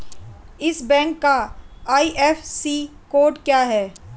इस बैंक का IFSC code क्या है?